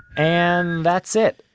and, that's it.